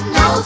no